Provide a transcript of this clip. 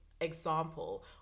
example